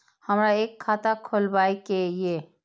हमरा एक खाता खोलाबई के ये?